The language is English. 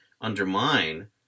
undermine